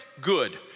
good